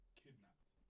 kidnapped